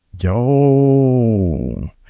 Yo